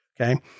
Okay